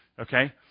okay